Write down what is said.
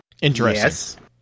Interesting